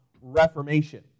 reformation